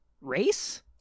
race